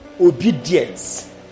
obedience